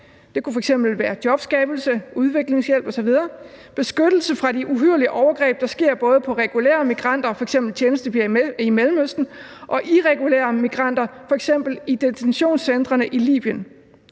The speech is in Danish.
Det kunne f.eks. være jobskabelse, udviklingshjælp osv. og beskyttelse fra de uhyrlige overgreb, der sker både på regulære migranter, f.eks. tjenestepiger i Mellemøsten, og irregulære migranter i f.eks. detentionscentrene i Libyen.